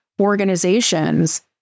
organizations